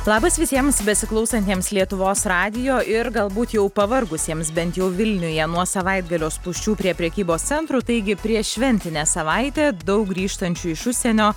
labas visiems besiklausantiems lietuvos radijo ir galbūt jau pavargusiems bent jau vilniuje nuo savaitgalio spūsčių prie prekybos centrų taigi prieššventinė savaitė daug grįžtančių iš užsienio